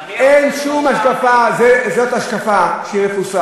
הכול זה על הבית היהודי.